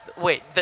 Wait